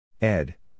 Ed